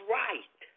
right